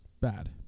bad